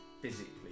physically